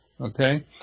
okay